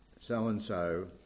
so-and-so